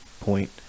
point